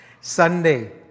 Sunday